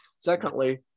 Secondly